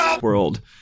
world